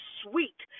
sweet